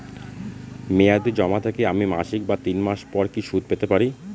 মেয়াদী জমা থেকে আমি মাসিক বা তিন মাস পর কি সুদ পেতে পারি?